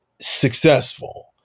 successful